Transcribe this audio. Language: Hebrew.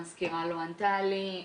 המזכירה לא ענתה לי,